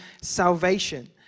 salvation